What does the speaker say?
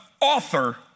author